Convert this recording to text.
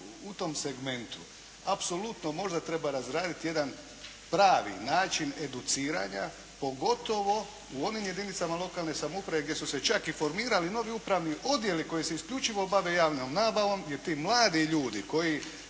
u tom segmentu apsolutno možda treba razraditi jedan pravi način educiranja pogotovo u onim jedinicama lokalne samouprave gdje su se čak i formirali novi upravni odjeli koji se isključivo bave javnom nabavom, jer ti mladi ljudi koji